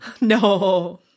No